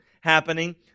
happening